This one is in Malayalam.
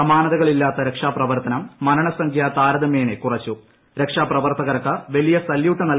സമാനതകളില്ലാത്ത രക്ഷാപ്രവർത്തനം മരണസംഖ്യ താരതമ്യേന രക്ഷാപ്രവർത്തകർക്ക് വലിയ സല്യൂട്ട് കുറച്ചു